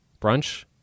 brunch